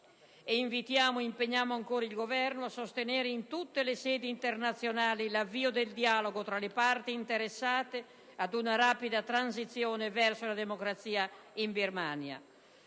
invitiamo ed impegniamo il Governo a sostenere, in tutte le sedi internazionali, l'avvio del dialogo tra le parti interessate per una rapida transizione verso la democrazia in Birmania.